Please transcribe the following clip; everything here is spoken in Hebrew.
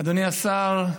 אדוני השר,